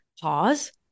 Pause